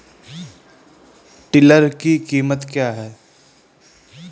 Tiller की कीमत क्या है?